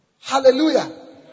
Hallelujah